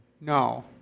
no